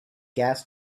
gas